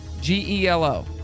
G-E-L-O